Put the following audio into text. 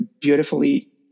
beautifully